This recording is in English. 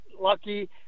lucky